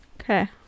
Okay